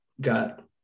got